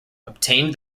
obtained